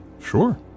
Sure